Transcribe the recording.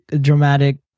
dramatic